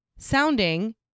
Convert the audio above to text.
Sounding